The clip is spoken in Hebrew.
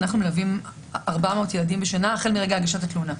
מלווים 400 ילדים בשנה, החל מרגע הגשת התלונה.